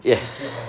yes